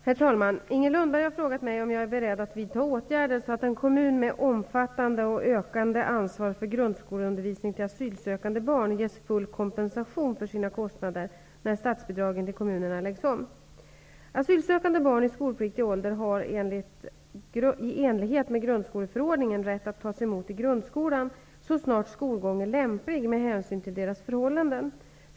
Herr talman! Inger Lundberg har frågat mig om jag är beredd att vidta åtgärder så att en kommun med omfattande och ökande ansvar för grundskoleundervisning till asylsökande barn ges full kompensation för sina kostnader när statsbidragen till kommunerna läggs om. Asylsökande barn i skolpliktig ålder har i enlighet med grundskoleförordningen rätt att tas emot i grundskolan så snart skolgång är lämplig med hänsyn till deras förhållanden.